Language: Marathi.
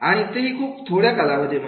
आणि तेही खूप थोड्या कालावधीमध्ये